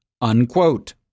unquote